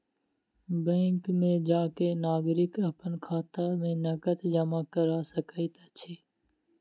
bank में जा के नागरिक अपन खाता में नकद जमा करा सकैत अछि